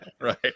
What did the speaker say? Right